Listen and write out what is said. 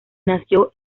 nació